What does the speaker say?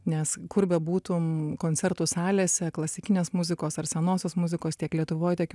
nes kur bebūtum koncertų salėse klasikinės muzikos ar senosios muzikos tiek lietuvoj tiek